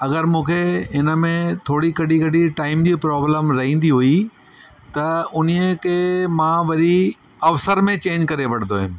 पर मूंखे इनमें थोरी कॾहिं कॾहिं टाइम जी प्रोब्लम रहंदी हुई त उन्हीअ खे मां वरी अवसर में चेंज करे वठंदो हुयुमि